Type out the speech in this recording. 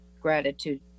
gratitude